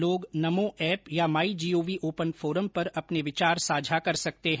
लोग नमो एप या my gov open forum पर अपने विचार साझा कर सकते हैं